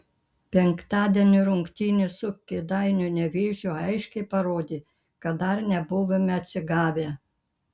penktadienio rungtynės su kėdainių nevėžiu aiškiai parodė kad dar nebuvome atsigavę